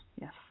Yes